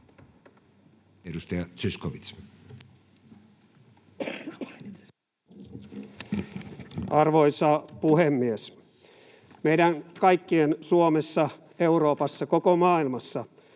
Edustaja Zyskowicz. Arvoisa puhemies! Meidän kaikkien Suomessa, Euroopassa, koko maailmassa